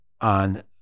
on